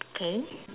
okay